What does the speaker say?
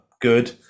good